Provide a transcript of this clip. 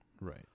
Right